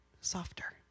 softer